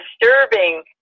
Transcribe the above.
disturbing